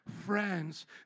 friends